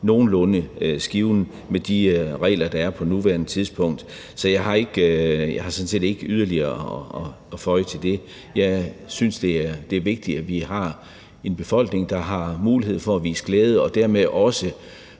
nogenlunde med de regler, der er på nuværende tidspunkt. Så jeg har sådan set ikke yderligere at føje til det. Jeg synes, det er vigtigt, at vi har en befolkning, der har mulighed for at vise glæde og dermed også